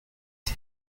été